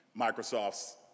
Microsoft's